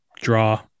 draw